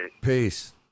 Peace